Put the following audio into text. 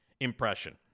impression